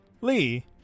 Lee